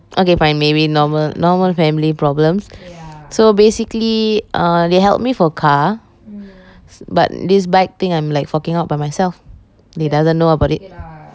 okay fine maybe normal normal family problem so basically err they help me for car but this bike thing I'm like forking out by myself they doesn't know about it